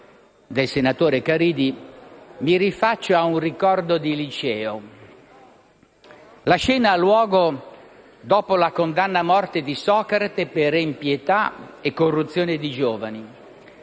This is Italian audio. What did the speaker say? Caridi, mi rifaccio a un ricordo di liceo. La scena ha luogo dopo la condanna a morte di Socrate per empietà e corruzione di giovani.